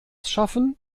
schaffen